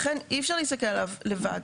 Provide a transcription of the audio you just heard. לכן אי אפשר להסתכל עליו לבד,